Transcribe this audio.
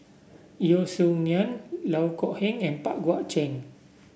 Yeo Song Nian Loh Kok Heng and Pang Guek Cheng